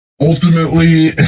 Ultimately